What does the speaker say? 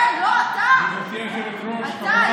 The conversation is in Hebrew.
לא, אתה, אתה, איש המוסר הגדול.